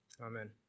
Amen